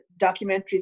documentaries